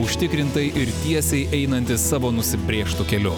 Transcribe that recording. užtikrintai ir tiesiai einantis savo nusibrėžtu keliu